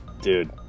Dude